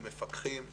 מפקחים,